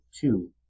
two